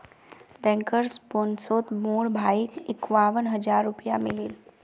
bankers बोनसोत मोर भाईक इक्यावन हज़ार रुपया मिलील